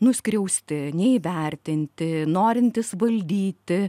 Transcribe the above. nuskriausti neįvertinti norintys valdyti